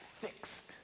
fixed